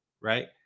right